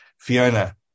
Fiona